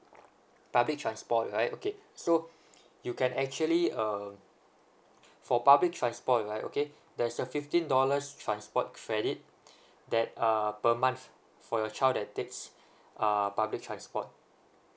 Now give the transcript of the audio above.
public transport right okay so you can actually uh for public transport right okay there's a fifteen dollars transport credit that uh per month for your child that takes uh public transport